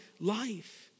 life